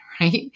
right